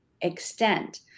extent